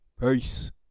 Peace